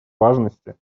важности